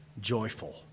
joyful